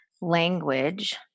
language